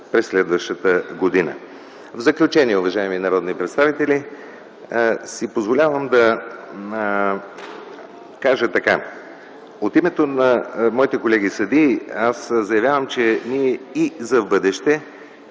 през следващата година. В заключение, уважаеми народни представители, си позволявам да кажа от името на моите колеги – съдии, аз заявявам, че ние и за в бъдеще